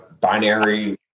binary